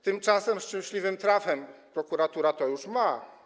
Tymczasem szczęśliwym trafem prokuratura już to ma.